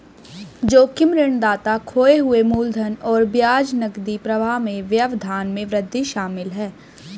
जोखिम ऋणदाता खोए हुए मूलधन और ब्याज नकदी प्रवाह में व्यवधान में वृद्धि शामिल है